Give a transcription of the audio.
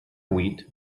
wheat